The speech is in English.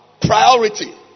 priority